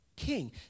king